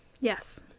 yes